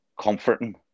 comforting